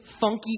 funky